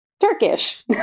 Turkish